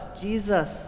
Jesus